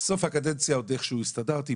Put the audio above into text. בסוף הקדנציה עוד איכשהו הסתדרתי,